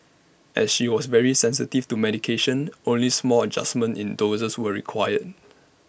as she was very sensitive to medications only small adjustments in doses were required